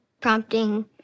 prompting